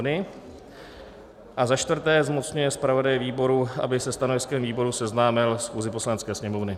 IV. zmocňuje zpravodaje výboru, aby se stanoviskem výboru seznámil schůzi Poslanecké sněmovny.